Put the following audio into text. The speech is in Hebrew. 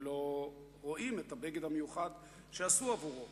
כי הם לא רואים את הבגד המיוחד שעשו עבורו.